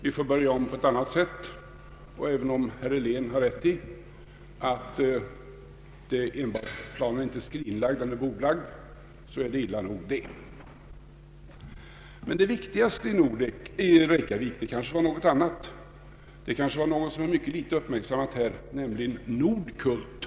Vi måste börja om på ett annat sätt, och även om herr Helén har rätt i att planen inte är skrinlagd — den är bordlagd — är det illa nog. Men det viktigaste i Reykjavik var kanske någonting annat och något som mycket litet har uppmärksammats här, nämligen Nordkult.